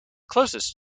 closest